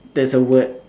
that's a word